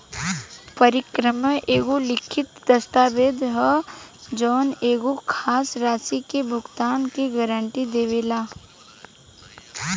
परक्रमय एगो लिखित दस्तावेज ह जवन एगो खास राशि के भुगतान के गारंटी देवेला